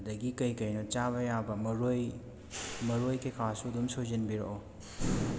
ꯑꯗꯒꯤ ꯀꯩ ꯀꯩꯅꯣ ꯆꯥꯕ ꯌꯥꯕ ꯃꯔꯣꯏ ꯃꯔꯣꯏ ꯀꯩ ꯀꯥꯁꯨ ꯑꯗꯨꯝ ꯁꯣꯏꯖꯟꯕꯤꯔꯛꯑꯣ